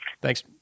Thanks